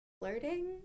flirting